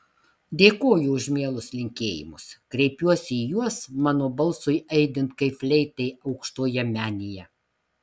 dėkoju už mielus linkėjimus kreipiuosi į juos mano balsui aidint kaip fleitai aukštoje menėje